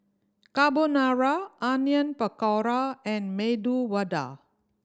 Carbonara Onion Pakora and Medu Vada